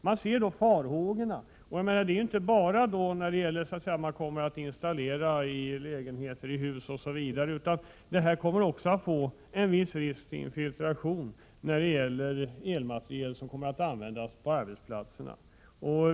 Vi ser farhågorna, inte bara med installationer i lägenheter och hus, utan också med infiltration när det gäller elmateriel som kommer att användas på arbetsplatserna.